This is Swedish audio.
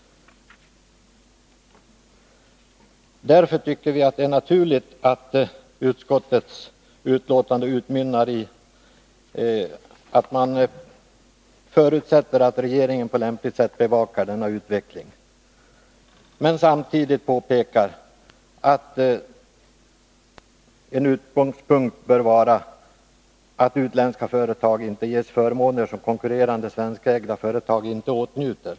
Därför tycker vi det är naturligt att utskottets betänkande utmynnar i att man förutsätter att regeringen på lämpligt sätt bevakar denna utveckling men samtidigt påpekar att en utgångspunkt bör vara att utländska företag inte ges förmåner som konkurrerande svenskägda företag inte åtnjuter.